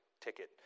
ticket